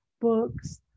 books